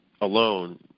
alone